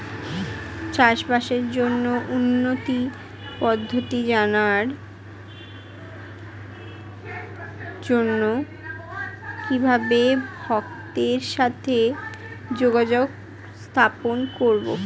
চাষবাসের জন্য উন্নতি পদ্ধতি জানার জন্য কিভাবে ভক্তের সাথে যোগাযোগ স্থাপন করব?